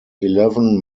eleven